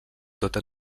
tota